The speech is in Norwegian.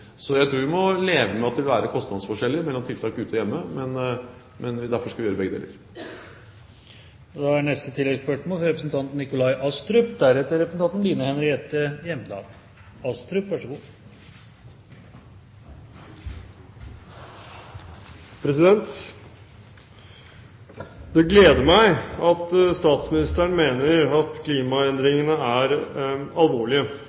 Så jeg tror vi må leve med at det vil være kostnadsforskjeller mellom tiltak ute og hjemme, og derfor skal vi gjøre begge deler. Nikolai Astrup – til oppfølgingsspørsmål. Det gleder meg at statsministeren mener at klimaendringene er alvorlige, faktisk så